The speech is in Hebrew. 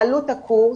עלות הקורס,